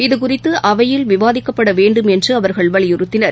இதுகுறித்துஅவையில் விவாதிக்கப்படவேண்டும் என்றுஅவர்கள் வலியுறுத்தினர்